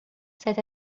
cet